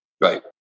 Right